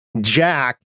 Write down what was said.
Jack